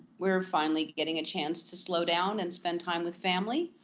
we're finally getting a chance to slow down and spend time with family.